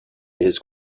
his